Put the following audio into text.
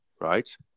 right